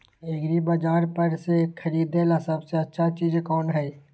एग्रिबाजार पर से खरीदे ला सबसे अच्छा चीज कोन हई?